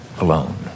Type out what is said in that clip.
alone